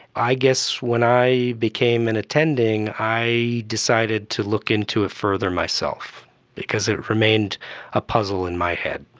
i guess when i became an attending i decided to look into it further myself because it remained a puzzle in my head.